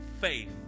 faith